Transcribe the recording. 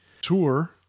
Tour